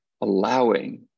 allowing